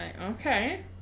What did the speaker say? Okay